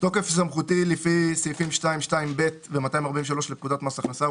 בתוקף סמכותי לפי סעיפים 2(2)(ב) ו-243 לפקודת מס הכנסה ,